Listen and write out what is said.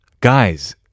Guys